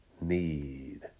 need